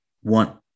one